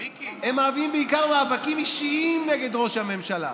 הם מביאים בעיקר מאבקים אישיים נגד ראש הממשלה,